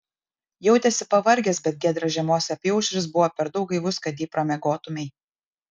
jautėsi pavargęs bet giedras žiemos apyaušris buvo per daug gaivus kad jį pramiegotumei